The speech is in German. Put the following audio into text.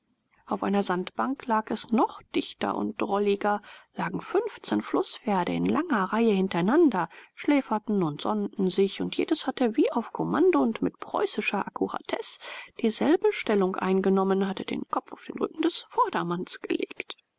auf einer sandbank lag es noch dichter und drolliger lagen fünfzehn flußpferde in langer reihe hintereinander schläferten und sonnten sich und jedes hatte wie auf kommando und mit preußischer akkuratesse dieselbe stellung eingenommen hatte den kopf auf den rücken des vordermanns gelegt